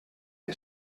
que